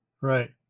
Right